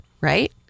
right